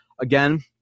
Again